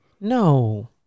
no